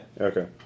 Okay